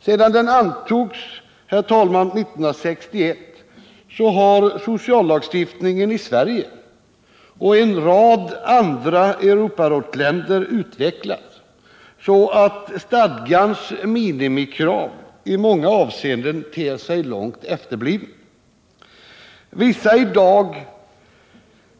Sedan den antogs, 1961, har sociallagstiftningen i Sverige och en rad andra Europarådsländer utvecklats så att stadgans minimikrav i många avseenden ter sig ganska efterblivna. Och vissa i dag